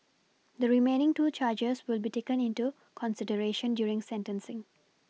the remaining two charges will be taken into consideration during sentencing